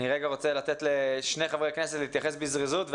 אתן לשני חברי כנסת להתייחס בזריזות,